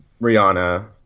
Rihanna